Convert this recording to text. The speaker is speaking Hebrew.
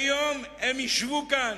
היום הם ישבו כאן,